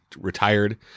retired